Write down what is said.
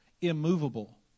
immovable